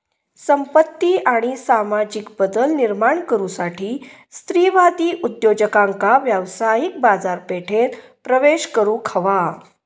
संपत्ती आणि सामाजिक बदल निर्माण करुसाठी स्त्रीवादी उद्योजकांका व्यावसायिक बाजारपेठेत प्रवेश करुक हवा